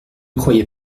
croyait